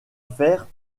faire